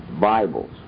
Bibles